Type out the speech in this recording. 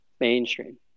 mainstream